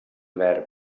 verb